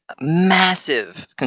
massive